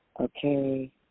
Okay